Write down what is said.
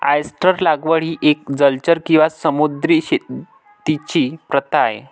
oyster लागवड ही एक जलचर किंवा समुद्री शेतीची प्रथा आहे